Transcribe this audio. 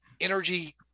energy